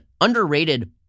underrated